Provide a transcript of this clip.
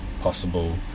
possible